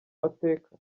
mateka